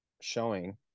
showing